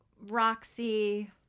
Roxy